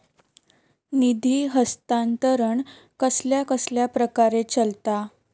निधी हस्तांतरण कसल्या कसल्या प्रकारे चलता?